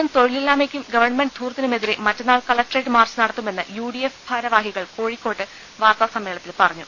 വിലക്കയറ്റത്തിനും തൊഴിലില്ലായ് മക്കും ഗവൺമെന്റ് ധൂർത്തിനുമെതിരെ മറ്റന്നാൾ കലക്ട്രേറ്റ് മാർച്ച് നടത്തുമെന്ന് യു ഡി എഫ് ഭാരവാഹികൾ കോഴിക്കോട്ട് വാർത്താ സമ്മേളനത്തിൽ പറഞ്ഞു